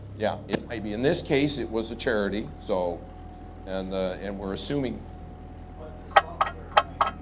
yeah, it might be. in this case, it was a charity. so and and we're assuming but the software